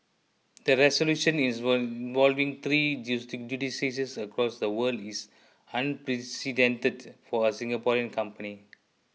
the resolution is three jurisdictions across the world is unprecedented for a Singaporean company